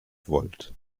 volt